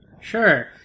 Sure